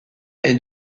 est